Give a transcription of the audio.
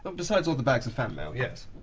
but besides all the bags of fan mail, yes.